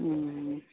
हं